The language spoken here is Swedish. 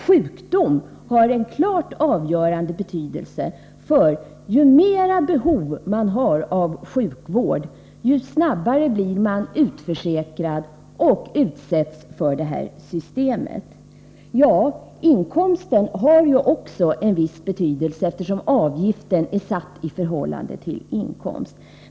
Sjukdom har en klart avgörande betydelse, för ju mera behov man har av sjukvård, desto snabbare blir man utförsäkrad och utsätts för detta system. Inkomsten har också en viss betydelse, eftersom avgiften är satt i förhållande till inkomsten.